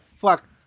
Fuck